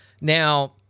Now